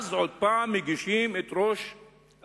ואז עוד פעם מאשימים את ראש המועצה,